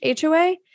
HOA